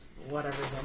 whatever's